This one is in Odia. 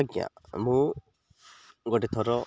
ଆଜ୍ଞା ମୁଁ ଗୋଟେ ଥର